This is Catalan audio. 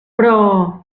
però